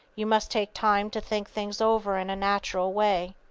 you must take time to think things over in a natural way.